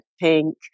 Pink